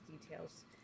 details